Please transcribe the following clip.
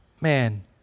Man